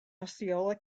osceola